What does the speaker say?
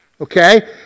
Okay